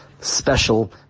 special